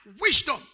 wisdom